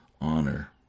honor